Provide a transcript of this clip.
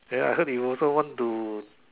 then I heard you also want to